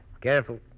Careful